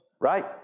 right